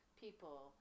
people